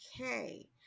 okay